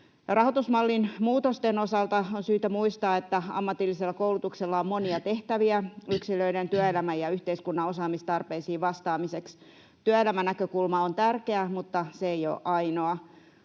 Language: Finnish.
Rahoitusmallin muutosten osalta on syytä muistaa, että ammatillisella koulutuksella on monia tehtäviä yksilöiden, työelämän ja yhteiskunnan osaamistarpeisiin vastaamiseksi. Työelämänäkökulma on tärkeä, mutta se ei ole ainoa.